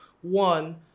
one